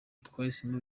twahisemo